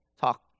talk